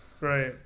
Right